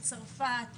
מצרפת,